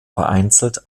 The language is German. vereinzelt